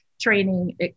training